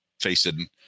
facing